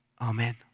Amen